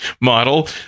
model